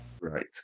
Right